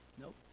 Nope